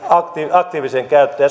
aktiiviseen käyttöön